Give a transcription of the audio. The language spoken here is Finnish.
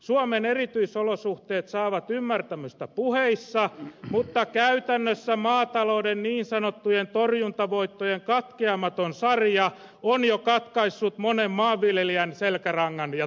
suomen erityisolosuhteet saavat ymmärtämystä puheissa mutta käytännössä maatalouden niin sanottujen torjuntavoittojen katkeamaton sarja on jo katkaissut monen maanviljelijän selkärangan ja toimeentulon